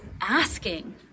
asking